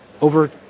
over